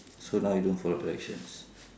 so now you don't follow directions